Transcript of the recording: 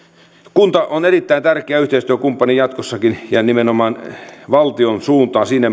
kunta on erittäin tärkeä yhteistyökumppani jatkossakin ja nimenomaan valtion suuntaan siinä